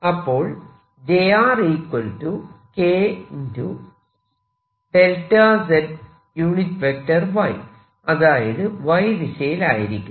അപ്പോൾ അതായത് Y ദിശയിൽ ആയിരിക്കും